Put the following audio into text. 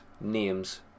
names